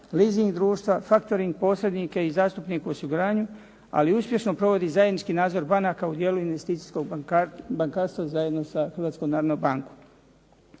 leasing društva, faktoring posrednike i zastupnike u osiguranju ali uspješno provodi zajednički nadzor banaka u dijelu investicijskog bankarstva zajedno sa Hrvatskom narodnom bankom.